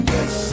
Yes